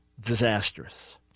disastrous